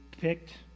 picked